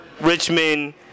Richmond